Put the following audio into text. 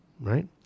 Right